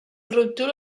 ruptura